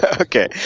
Okay